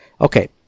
Okay